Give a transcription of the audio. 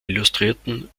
illustrierten